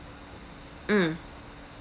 mm